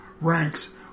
ranks